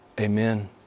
Amen